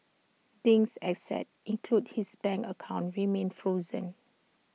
Ding's assets including his bank accounts remain frozen